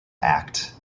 act